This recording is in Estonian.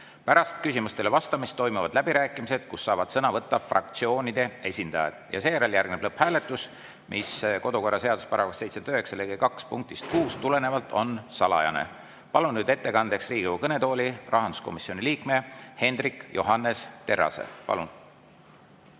Pärast küsimustele vastamist toimuvad läbirääkimised, kus saavad sõna võtta fraktsioonide esindajad. Järgneb lõpphääletus, mis kodukorra seaduse § 79 lõike 2 punktist 6 tulenevalt on salajane. Palun nüüd ettekandeks Riigikogu kõnetooli rahanduskomisjoni liikme Hendrik Johannes Terrase. Palun!